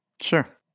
sure